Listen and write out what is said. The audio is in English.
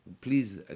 please